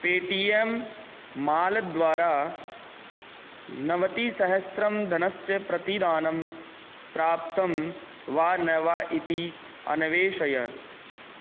pay टीएम् माल्द्वारा नवतिसहस्रं धनस्य प्रतिदानं प्राप्तं वा न वा इति अन्वेषय